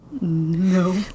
No